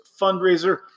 Fundraiser